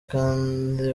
kandi